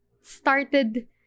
started